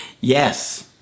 Yes